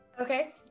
Okay